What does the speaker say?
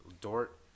Dort